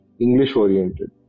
English-oriented